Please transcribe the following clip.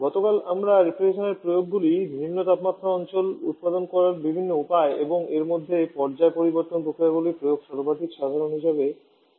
গতকাল আমরা রেফ্রিজারেশনের প্রয়োগগুলি নিম্ন তাপমাত্রা অঞ্চল উত্পাদন করার বিভিন্ন উপায় এবং এর মধ্যে পর্যায় পরিবর্তন প্রক্রিয়াগুলির প্রয়োগ সর্বাধিক সাধারণ হিসাবে দেখেছি